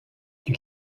you